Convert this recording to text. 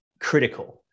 critical